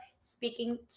speaking